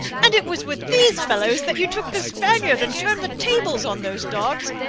and it was with these fellows that you took the spaniard and turned the tables on those dogs!